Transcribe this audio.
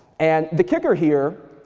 and the kicker here,